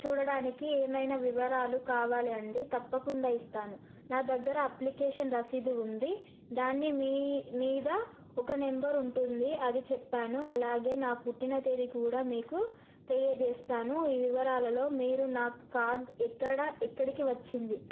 చూడడానికి ఏమైనా వివరాలు కావాలి అండి తప్పకుండా ఇస్తాను నా దగ్గర అప్లికేషన్ రసీదు ఉంది దాని మీద ఒక నెంబర్ ఉంటుంది అది చెప్పాను అలాగే నా పుట్టిన తేదీ కూడా మీకు తెలియజేస్తాను ఈ వివరాలలో మీరు నా కార్డ్ ఎక్కడ ఎక్కడికి వచ్చింది